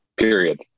Period